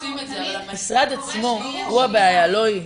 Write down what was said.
המשרד עצמו הוא הבעיה, לא היא.